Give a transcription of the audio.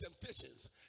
temptations